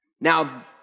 Now